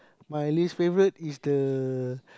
my least favourite is the